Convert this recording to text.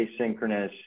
asynchronous